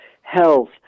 health